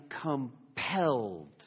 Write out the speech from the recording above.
compelled